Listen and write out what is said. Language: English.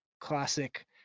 Classic